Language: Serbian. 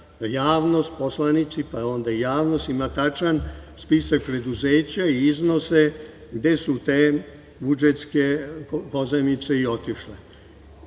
da poslanici, pa onda i javnost ima tačan spisak preduzeća i iznose gde su te budžetske pozajmice i